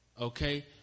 okay